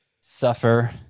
suffer